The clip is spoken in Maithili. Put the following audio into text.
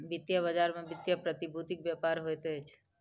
वित्तीय बजार में वित्तीय प्रतिभूतिक व्यापार होइत अछि